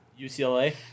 UCLA